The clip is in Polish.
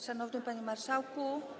Szanowny Panie Marszałku!